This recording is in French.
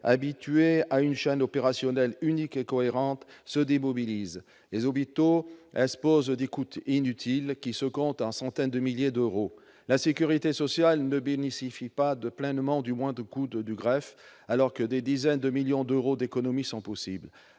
habitués à une chaîne opérationnelle unique et cohérente, se démobilisent ; les hôpitaux exposent des coûts inutiles, qui se chiffrent en centaines de milliers d'euros ; la sécurité sociale ne bénéficie pas pleinement du moindre coût de la greffe, alors que des dizaines de millions d'euros d'économies sont possibles